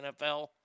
NFL